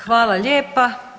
Hvala lijepa.